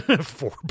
Four